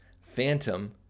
phantom